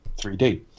3D